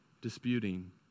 disputing